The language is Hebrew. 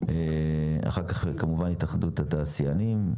התאחדות התעשיינים,